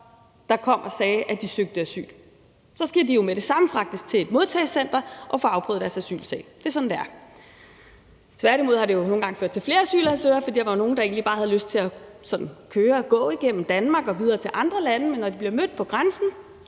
der kom og sagde, at de søgte asyl. Så skal de med det samme fragtes til et modtagecenter og få afprøvet deres asylsag. Det sådan, det er. Tværtimod har det jo nogle gange ført til flere asylansøgere. For der er nogle, der egentlig bare har haft lyst til at køre eller gå igennem Danmark og videre til andre lande, men når de bliver mødt på grænsen,